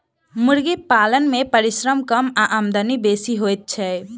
मुर्गी पालन मे परिश्रम कम आ आमदनी बेसी होइत छै